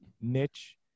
niche